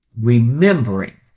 remembering